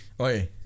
oi